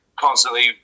constantly